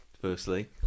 firstly